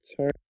turn